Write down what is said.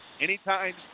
anytime